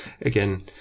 again